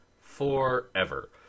forever